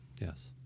yes